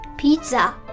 Pizza